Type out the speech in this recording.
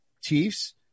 Chiefs